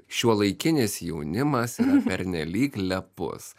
šiuolaikinis jaunimas yra pernelyg lepus